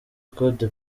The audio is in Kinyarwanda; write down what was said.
code